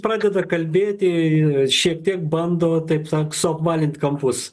pradeda kalbėti šiek tiek bando taip suapvalint kampus